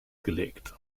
gelegt